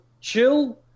chill